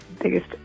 biggest